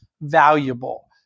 valuable